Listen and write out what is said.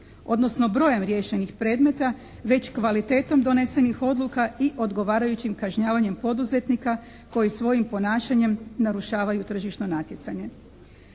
odnosno brojem riješenih predmeta već kvalitetom donesenih odluka i odgovarajućim kažnjavanjem poduzetnika koji svojim ponašanjem narušavaju tržišno natjecanje.